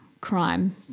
crime